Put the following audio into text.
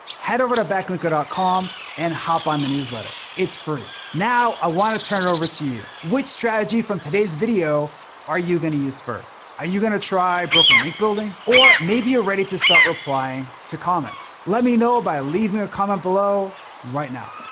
head over to backlinko dot com and hop on the newsletter. it's free. now i wanna turn it over to you. which strategy from today's video are you gonna use first? are you gonna try broken link building? or maybe you're ready to start replying to comments. let me know by leaving a comment below right now.